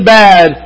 bad